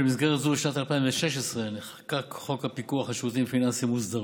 במסגרת זו נחקק בשנת 2016 חוק הפיקוח על שירותים פיננסיים מוסדרים,